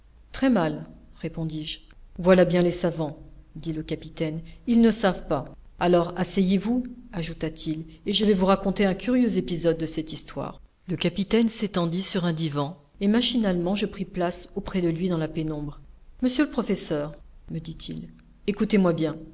très mal répondis-je voilà bien les savants dit le capitaine ils ne savent pas alors asseyez-vous ajouta-t-il et je vais vous raconter un curieux épisode de cette histoire le capitaine s'étendit sur un divan et machinalement je pris place auprès de lui dans la pénombre monsieur le professeur me dit-il écoutez-moi bien